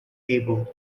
able